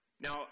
Now